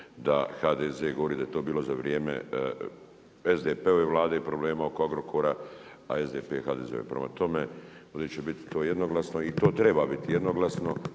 da HDZ govori da je to bilo za vrijeme SDP-ove Vlade oko Agrokora, a SDP HDZ. Prema tome, ovdje će to biti jednoglasno i to treba biti jednoglasno